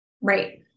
Right